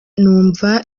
numva